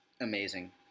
Amazing